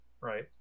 right